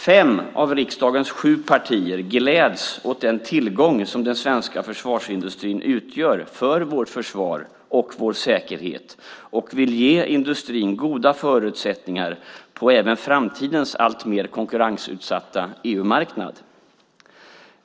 Fem av riksdagens sju partier gläds åt den tillgång som den svenska försvarsindustrin utgör för vårt försvar och vår säkerhet och vill ge industrin goda förutsättningar även på framtidens alltmer konkurrensutsatta EU-marknad.